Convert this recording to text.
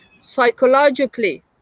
psychologically